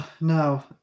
No